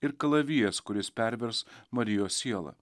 ir kalavijas kuris pervers marijos sielą